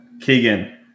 Keegan